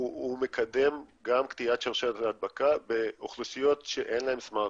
מקדם גם קטיעת שרשרת הדבקה באוכלוסיות שאין להן סמארטפון,